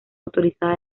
autorizada